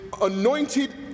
anointed